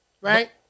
Right